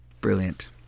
Brilliant